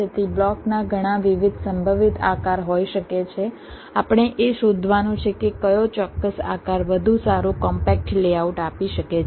તેથી બ્લોકના ઘણા વિવિધ સંભવિત આકાર હોઈ શકે છે આપણે એ શોધવાનું છે કે કયો ચોક્કસ આકાર વધુ સારું કોમ્પેક્ટ લેઆઉટ આપી શકે છે